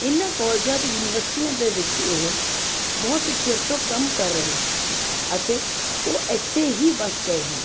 ਇਹਨਾਂ ਕੋਲਜਾਂ ਅਤੇ ਯੂਨੀਵਰਸਿਟੀਆਂ ਦੇ ਵਿੱਚ ਇਹ ਬਹੁਤ ਚਿਰ ਤੋਂ ਕੰਮ ਕਰ ਰਹੇ ਹਨ ਅਤੇ ਉਹ ਇੱਥੇ ਹੀ ਵਸ ਗਏ ਹਨ